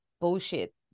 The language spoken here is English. bullshit